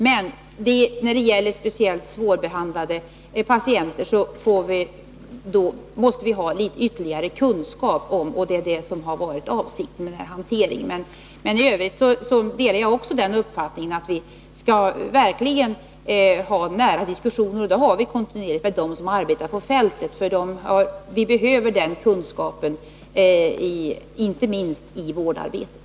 Men när det gäller speciellt svårbehandlade patienter måste vi få ytterligare kunskap, och det är detta som har varit avsikten med den hantering som vi nu diskuterar. I övrigt delar jag uppfattningen att vi när det gäller den här frågan verkligen skall ha nära diskussioner. Sådana har vi också kontinuerligt haft med dem som arbetar på fältet, för vi behöver den kunskap de har att ge, inte minst i vårdarbetet.